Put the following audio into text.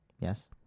Yes